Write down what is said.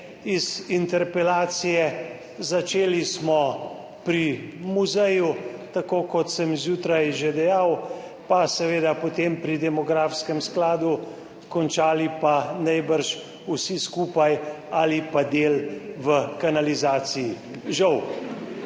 iz interpelacije. Začeli smo pri muzeju, tako kot sem zjutraj že dejal, pa seveda potem pri demografskem skladu, končali pa najbrž vsi skupaj ali pa del v kanalizaciji, žal.